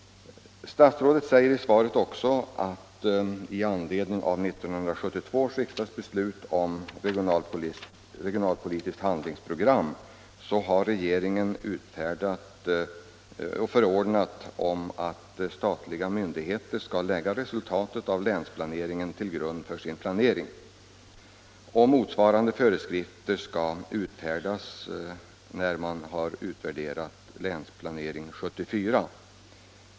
Statsrådet säger i svaret också att regeringen med utgångspunkt i 1972 års riksdagsbeslut om ett regionalpolitiskt handlingsprogram har förordnat att statliga myndigheter skall lägga resultatet av länsplaneringen till grund för sin planering. Motsvarande föreskrifter skall utfärdas när länsplanering 1974 har utvärderats.